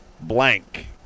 blank